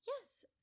Yes